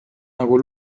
nagu